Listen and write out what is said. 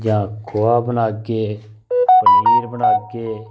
जां खोआ बनागे जां पनीर बनागे